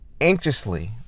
anxiously